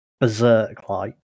Berserk-like